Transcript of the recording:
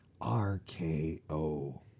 RKO